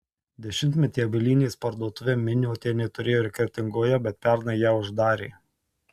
dešimtmetį avalynės parduotuvę miniotienė turėjo ir kretingoje bet pernai ją uždarė